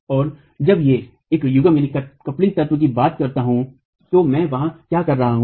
और जब मैं एक युग्मन तत्व की बात करता हूं तो मैं वहां क्या कर रहा हूं